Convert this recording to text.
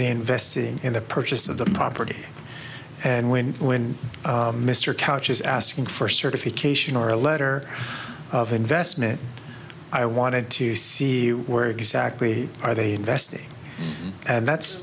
they investing in the purchase of the property and when when mr couch is asking for certification or a letter of investment i wanted to see where exactly are they investing and that's